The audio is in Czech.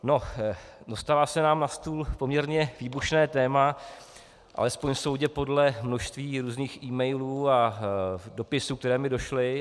No, dostalo se nám na stůl poměrně výbušné téma, alespoň soudě podle množství různých emailů a dopisů, které mi došly.